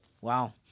Wow